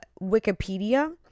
Wikipedia